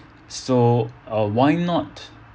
so uh why not